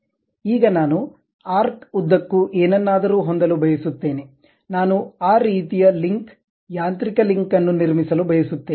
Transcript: ಈಗ ನಾನು ಆರ್ಕ್ ಉದ್ದಕ್ಕೂ ಏನನ್ನಾದರೂ ಹೊಂದಲು ಬಯಸುತ್ತೇನೆ ನಾನು ಆ ರೀತಿಯ ಲಿಂಕ್ ಯಾಂತ್ರಿಕ ಲಿಂಕ್ ಅನ್ನು ನಿರ್ಮಿಸಲು ಬಯಸುತ್ತೇನೆ